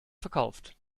verkauft